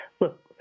Look